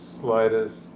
slightest